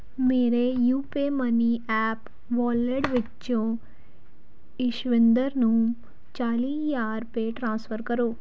ਮੇਰੇ UPay money app wallet ਵਿੱਚੋਂ ਇਸ਼ਵਿੰਦਰ ਨੂੰ ਚਾਲ੍ਹੀ ਹਜ਼ਾਰ ਰੁਪਏ ਟ੍ਰਾਂਸਫਰ ਕਰੋ